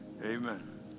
Amen